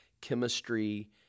chemistry